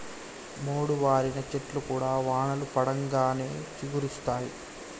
మోడువారిన చెట్లు కూడా వానలు పడంగానే చిగురిస్తయి